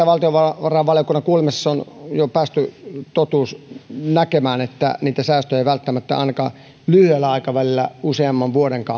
valtiovarainvaliokunnan kuulemisessa on jo päästy totuus näkemään että niitä säästöjä ei välttämättä ainakaan lyhyellä aikavälillä useamman vuoden